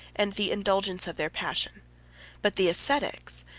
and the indulgence of their passions but the ascetics,